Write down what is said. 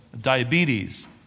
diabetes